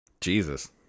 Jesus